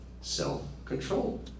self-control